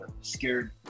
scared